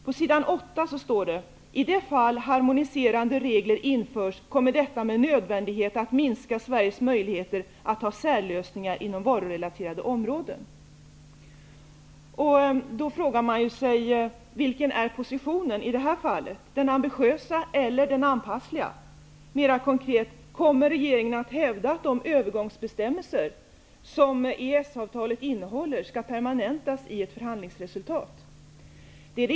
På s. 8 står det: I de fall harmoniserande regler införs kommer detta med nödvändighet att minska Sveriges möjligheter att ha särlösningar inom varurelaterade områden. Vilken är positionen i det här fallet -- den ambitiösa eller den anpassliga? Mera konkret undrar jag: Kommer regeringen att hävda att de övergångsbestämmelser som EES-avtalet innehåller skall permanentas i ett förhandlingsresultat?